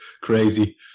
crazy